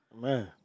Man